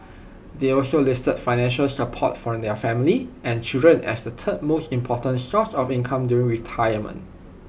they also listed financial support from their family and children as the third most important source of income during retirement